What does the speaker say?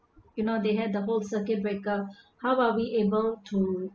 you know they had the whole circuit breaker how are we able to